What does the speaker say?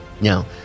Now